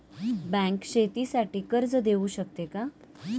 Bank शेतीसाठी कर्ज देऊ शकते का?